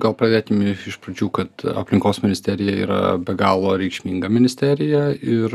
gal pradėkim i iš pradžių kad aplinkos ministerija yra be galo reikšminga ministerija ir